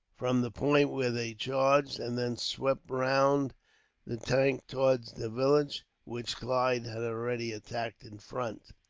from the point where they charged, and then swept round the tank towards the village, which clive had already attacked in front.